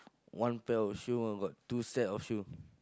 one pair of shoe one got two set of shoe